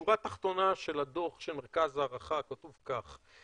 בשורה תחתונה של הדוח של מרכז ההערכה כתוב כך: